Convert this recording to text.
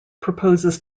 proposes